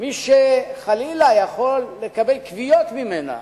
מי שחלילה יכול לקבל כוויות ממנה